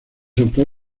autor